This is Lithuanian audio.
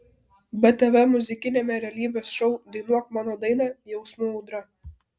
btv muzikiniame realybės šou dainuok mano dainą jausmų audra